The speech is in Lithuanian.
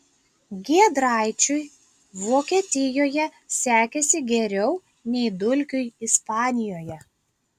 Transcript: giedraičiui vokietijoje sekėsi geriau nei dulkiui ispanijoje